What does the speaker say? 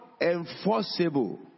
enforceable